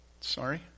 Sorry